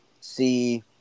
see